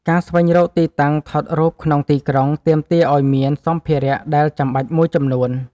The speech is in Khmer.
ការស្វែងរកទីតាំងថតរូបក្នុងទីក្រុង ទាមទារឲ្យមានសម្ភារៈដែលចាំបាច់មួយចំនួន។